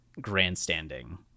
grandstanding